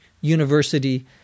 university